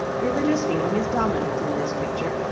religious feeling is dominant in this picture,